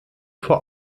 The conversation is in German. vor